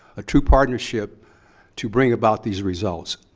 a true partnership to bring about these results.